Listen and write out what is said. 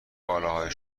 کالاهای